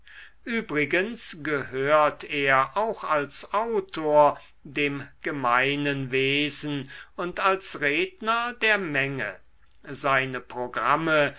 übrigens gehört er auch als autor dem gemeinen wesen und als redner der menge seine programme